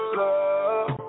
love